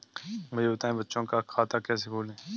मुझे बताएँ बच्चों का खाता कैसे खोलें?